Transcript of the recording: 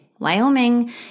Wyoming